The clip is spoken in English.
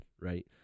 right